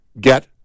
get